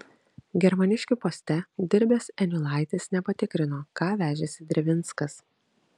germaniškių poste dirbęs eniulaitis nepatikrino ką vežėsi drevinskas